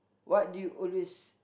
what do you always